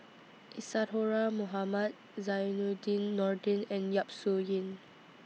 Isadhora Mohamed Zainudin Nordin and Yap Su Yin